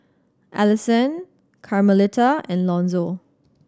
Allisson Carmelita and Lonzo